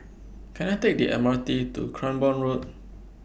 Can I Take The M R T to Cranborne Road